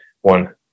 one